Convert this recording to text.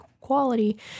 quality